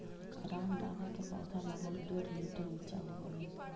रामदाना के पौधा लगभग डेढ़ मीटर ऊंचा होवऽ हइ